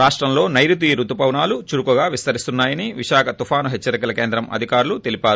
రాష్టంలో నైరుతి పవనాలు చురుకుగా విస్తరిస్తున్నా యని విశాఖ తుఫాను హెచ్చరికల కేంద్రం అధికారులు తెలిపారు